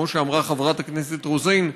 וכמו שאמרה חברת הכנסת רוזין,